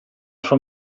suo